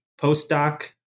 postdoc